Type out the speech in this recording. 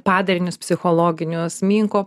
padarinius psichologinius minko